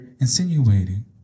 insinuating